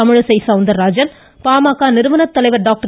தமிழிசை சௌந்தரராஜன் பாமக நிறுவனர் தலைவர் டாக்டர்